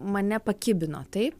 mane pakibino taip